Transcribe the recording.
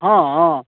हँ